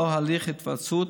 לאור הליך ההיוועצות",